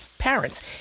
parents